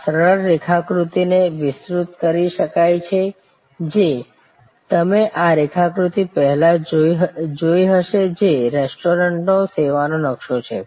આ સરળ રેખાકૃતિને વિસ્તૃત કરી શકાય છે જે તમે આ રેખાકૃતિ પહેલા જોઈ હશે જે રેસ્ટોરન્ટનો સેવા નક્શો છે